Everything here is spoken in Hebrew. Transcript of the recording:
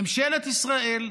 ממשלת ישראל,